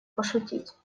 пошутить